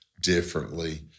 differently